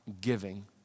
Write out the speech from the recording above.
giving